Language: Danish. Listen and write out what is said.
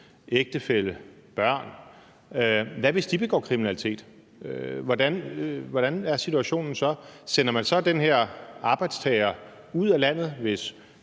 ægtefælle, børn. Hvad hvis de begår kriminalitet? Hvordan er situationen så? Sender man så den her arbejdstager ud af landet, hvis